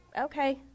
okay